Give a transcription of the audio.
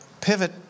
Pivot